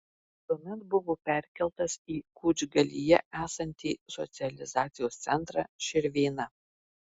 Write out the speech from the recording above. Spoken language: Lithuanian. tuomet buvo perkeltas į kučgalyje esantį socializacijos centrą širvėna